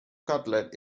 cutlet